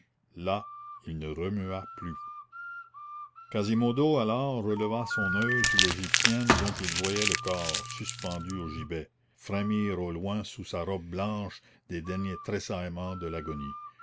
là il ne remua plus quasimodo alors releva son oeil sur l'égyptienne dont il voyait le corps suspendu au gibet frémir au loin sous sa robe blanche des derniers tressaillements de l'agonie